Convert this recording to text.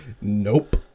Nope